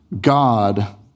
God